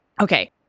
Okay